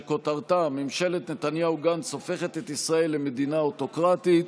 שכותרתה: ממשלת נתניהו-גנץ הופכת את ישראל למדינה אוטוקרטית.